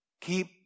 keep